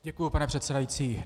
Děkuji, pane předsedající.